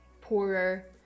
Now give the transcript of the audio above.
poorer